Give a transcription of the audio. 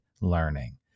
learning